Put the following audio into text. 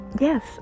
Yes